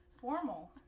Formal